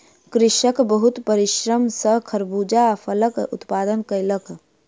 कृषक बहुत परिश्रम सॅ खरबूजा फलक उत्पादन कयलक